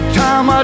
time